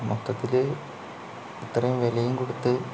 മൊത്തത്തിൽ ഇത്രയും വിലയും കൊടുത്ത്